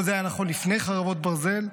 כל זה היה נכון לפני חרבות ברזל.